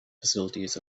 facilities